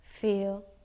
feel